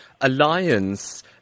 alliance